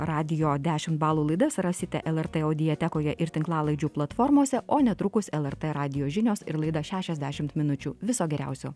radijo dešim balų laidas rasite lrt audiatekoje ir tinklalaidžių platformose o netrukus lrt radijo žinios ir laida šešiasdešimt minučių viso geriausio